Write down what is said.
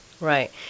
Right